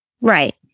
Right